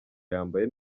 yambaye